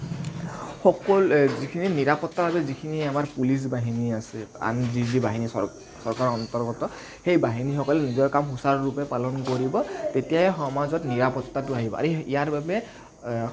নিৰাপত্তাৰ বাবে যিখিনি আমাৰ পুলিচ বাহিনী আছে আন যি যি বাহিনী চৰকাৰৰ অন্তৰ্গত সেই বাহিনীসকলে নিজৰ কাম সুচাৰুৰূপে পালন কৰিব তেতিয়াহে সমাজত নিৰাপত্তাটো আহিব আৰু ইয়াৰ বাবে